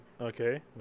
Okay